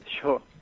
Sure